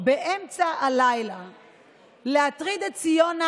באמצע הלילה להטריד את ציונה,